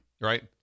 Right